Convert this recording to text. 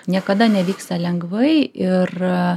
niekada nevyksta lengvai ir